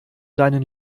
deinen